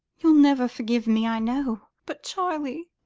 you'll never forgive me, i know but charlie!